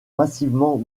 massivement